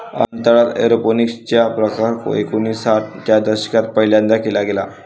अंतराळात एरोपोनिक्स चा प्रकार एकोणिसाठ च्या दशकात पहिल्यांदा केला गेला